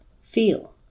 Feel